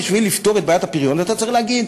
בשביל לפתור את בעיית הפריון אתה צריך לומר: